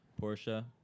porsche